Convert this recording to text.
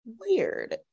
weird